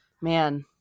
man